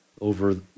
over